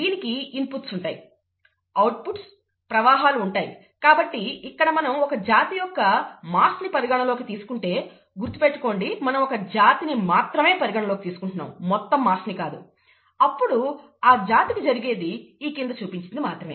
దీనికి ఇన్పుట్స్ ఉంటాయి అవుట్పుట్ ప్రవాహాలు ఉంటాయి కాబట్టి ఇక్కడ మనం ఒక జాతి యొక్క మాస్ని పరిగణలోకి తీసుకుంటే గుర్తుపెట్టుకోండి మనం ఒక జాతిని మాత్రమే పరిగణనలోకి తీసుకుంటున్నాం మొత్తం మాస్ ని కాదు అప్పుడు ఆ జాతికి జరిగేది ఈ కింద చూపించినది మాత్రమే